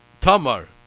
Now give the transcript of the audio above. Tamar